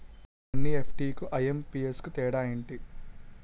NEFT కు IMPS కు తేడా ఎంటి?